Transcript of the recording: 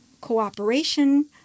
cooperation